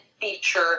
feature